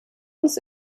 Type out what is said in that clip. uns